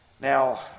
Now